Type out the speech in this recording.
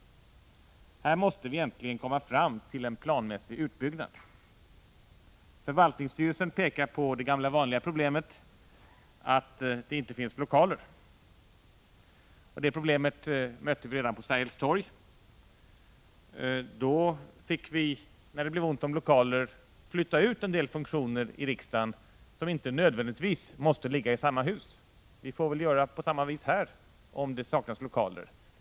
Här måste vi äntligen komma fram till en planmässig utbyggnad. Förvaltningsstyrelsen pekar på det gamla vanliga problemet att det inte finns lokaler. Det problemet mötte vi redan på Sergels torg. Då fick vi, när det blev ont om lokaler, flytta ut en del funktioner i riksdagen som inte nödvändigtvis måste ligga i samma hus som kammaren. Vi får väl göra på samma vis här om det saknas lokaler.